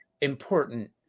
important